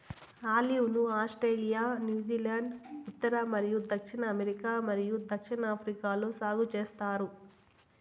olive ను Australia, New Zealand, ఉత్తర మరియు దక్షిణ అమెరికా మరియు దక్షిణాఫ్రికాలో సాగు చేస్తారు